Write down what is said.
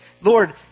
Lord